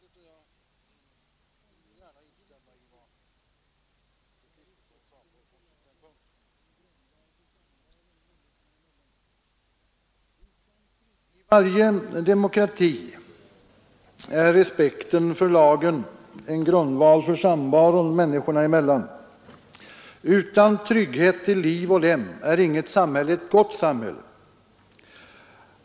Också där vill jag gärna instämma i vad fru Kristensson sade. ”I varje demokrati är respekten för lagen en grundval för samvaron människorna emellan. Utan trygghet till liv och lem är inget samhälle ett gott samhälle.